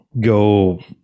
go